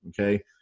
Okay